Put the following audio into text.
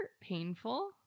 painful